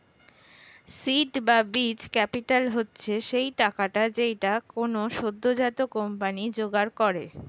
seed বা বীজ capital হচ্ছে সেই টাকাটা যেইটা কোনো সদ্যোজাত কোম্পানি জোগাড় করে